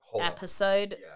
episode